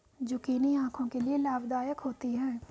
zucchini आंखों के लिए लाभदायक होती है